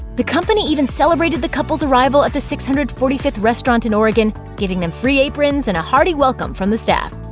the company even celebrated the couple's arrival at the six hundred and forty fifth restaurant in oregon, giving them free aprons and a hearty welcome from the staff.